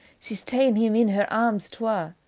she's ta'en him in her arms twa,